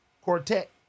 quartet